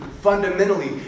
fundamentally